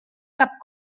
cap